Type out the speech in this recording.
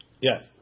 Yes